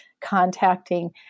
contacting